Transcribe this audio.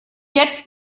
jetzt